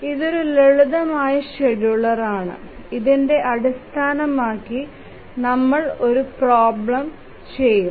ഇതൊരു ലളിതമായ ഷെഡ്യൂളറാണ് ഇതിനെ അടിസ്ഥാനമാക്കി നമ്മൾ ഒരു പ്രോബ്ലം ചെയ്യും